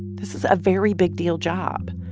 this is a very big-deal job.